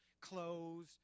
clothes